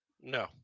No